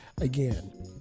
again